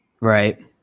right